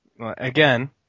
Again